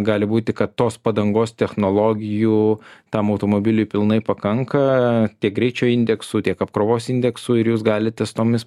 gali būti kad tos padangos technologijų tam automobiliui pilnai pakanka tiek greičio indeksu tiek apkrovos indeksu ir jūs galite su tomis